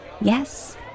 Yes